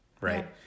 Right